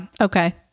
okay